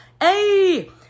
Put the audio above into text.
Hey